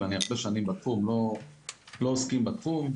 ואני הרבה שנים בתחום - הם לא עוסקים בתחום.